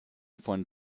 von